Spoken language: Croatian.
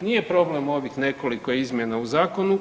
Nije problem … [[Govornik se ne razumije]] nekoliko izmjena u zakonu